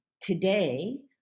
today